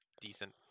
decent